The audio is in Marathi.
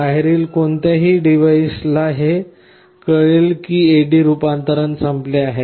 बाहेरील कोणत्याही डिव्हाइसला हे कळेल की माझे A D रूपांतरण संपले आहे